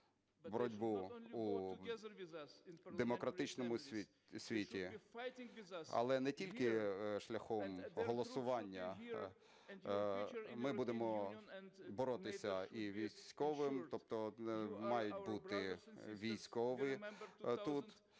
ми будемо боротися і військовим, тобто мають бути військові тут,